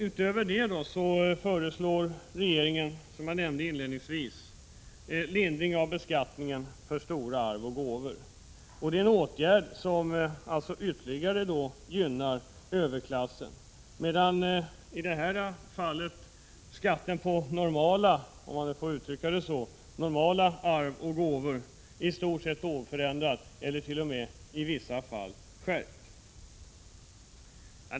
Utöver detta föreslår regeringen, som jag nämnde inledningsvis, lindring av beskattningen för stora arv och gåvor — en åtgärd som ytterligare gynnar överklassen — medan skatten på ”normala” arv och gåvor är oförändrad eller t.o.m. i vissa fall skärps.